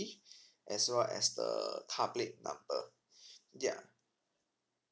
as well as the car plate number yeah